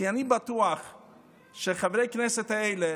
כי אני בטוח שחברי הכנסת האלה,